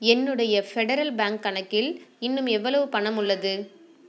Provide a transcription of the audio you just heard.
என்னுடைய Federal Bank கணக்கில் இன்னும் எவ்வளவு பணம் உள்ளது